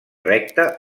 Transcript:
recta